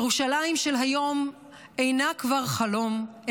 ירושלים של היום אינה כבר חלום,